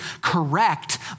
correct